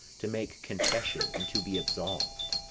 to make confession and to be absolv'd.